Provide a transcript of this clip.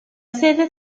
sede